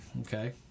Okay